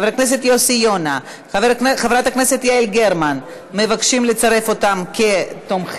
חבר הכנסת יוסי יונה וחברת הכנסת יעל גרמן מבקשים לצרף אותם כתומכים.